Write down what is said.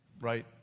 Right